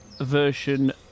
version